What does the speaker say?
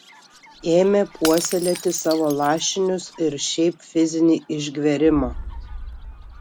ėmė puoselėti savo lašinius ir šiaip fizinį išgverimą